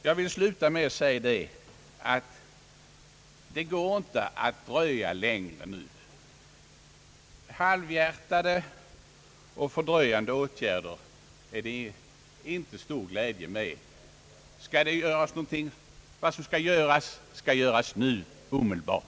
Jag vill sluta med att säga att det nu inte går att dröja längre. Halvhjärtade och fördröjande åtgärder är det inte stor glädje med. Vad som skall göras skall göras omedelbart.